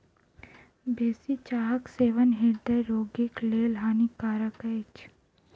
बेसी चाहक सेवन हृदय रोगीक लेल हानिकारक अछि